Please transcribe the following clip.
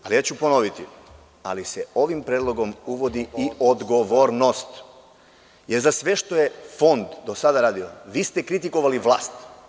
Ja ću ponoviti, ali se ovim predlogom uvodi i odgovornost, jer za sve što je Fond do sada radio, vi ste kritikovali vlast.